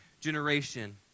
generation